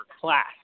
class